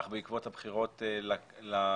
אך בעקבות הבחירות לכנסת